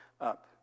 up